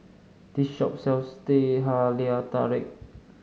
this shop sells Teh Halia Tarik